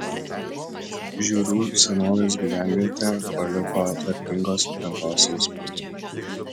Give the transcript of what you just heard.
žiūrių senovės gyvenvietė paliko tvarkingos aplinkos įspūdį